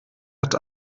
hat